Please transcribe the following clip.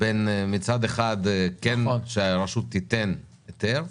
בין מצד אחד שהרשות תיתן היתר,